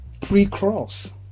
pre-cross